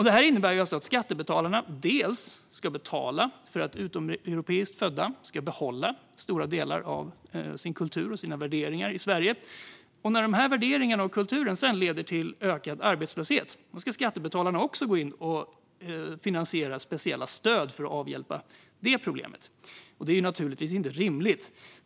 Detta innebär alltså att skattebetalarna ska betala för att utomeuropeiskt födda ska behålla stora delar av sin kultur och sina värderingar i Sverige. När de värderingarna och den kulturen sedan leder till ökad arbetslöshet ska skattebetalarna också gå in och finansiera speciella stöd för att avhjälpa det problemet. Det är naturligtvis inte rimligt.